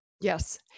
Yes